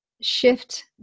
shift